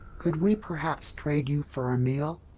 could we perhaps trade you for a meal?